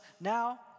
now